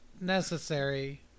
necessary